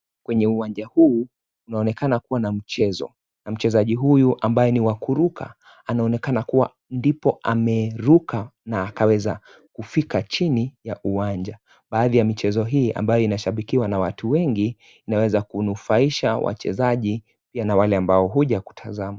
Kwenye uwanja huu, kunaonekana kuwa na mchezo na mchezaji huyu ambaye ni wa kuruka anaonekana kuwa ndipo ameruka na akaweza kufika chini ya uwanja. Baadhi ya michezo hii ambayo ina shabikia na watu wengi, inaweza kunufaisha wachezaji pia na wale ambao huja kutazama.